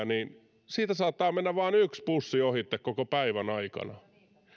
niin siitä saattaa mennä vain yksi bussi ohitse koko päivän aikana